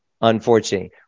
unfortunately